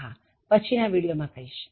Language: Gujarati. પણ પછી ના વિડિયો માં હું કહીશ